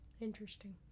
Interesting